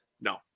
No